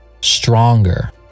stronger